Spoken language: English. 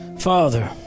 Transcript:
Father